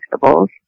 vegetables